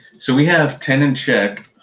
so we have tenon check